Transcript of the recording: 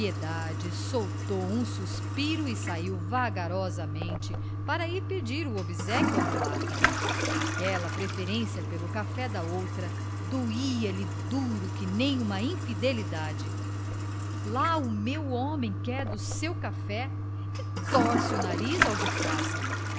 soltou um suspiro e saiu vagarosamente para ir pedir o obséquio à mulata aquela preferência pelo café da outra doía lhe duro que nem uma infidelidade lá o meu homem quer do seu café e torceu nariz ao de casa